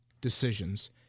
decisions